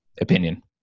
opinion